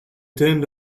turned